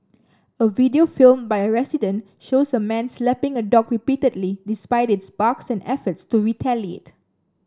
a video filmed by a resident shows a man slapping a dog repeatedly despite its barks and efforts to retaliate